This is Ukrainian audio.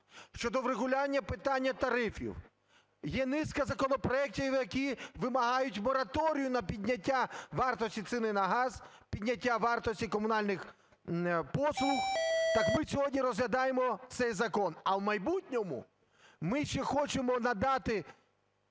щодо врегулювання питання тарифів, є низка законопроектів, які вимагають мораторію на підняття вартості ціни на газ, підняття вартості комунальних послуг, так ми сьогодні розглядаємо цей закон. А в майбутньому ми ще хочемо надати